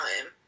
time